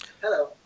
Hello